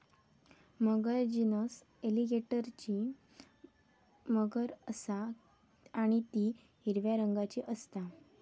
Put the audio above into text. मगर genus एलीगेटरची मगर असा आणि ती हिरव्या रंगाची असता